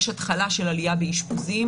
יש התחלה של עלייה באשפוזים,